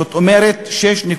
תוכנית חומש, זאת אומרת, 6.4